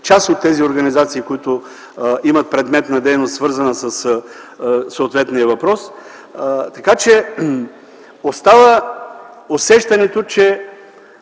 част от тези организации, които имат предмет на дейност, свързана със съответния въпрос. Остава усещането, че